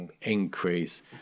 increase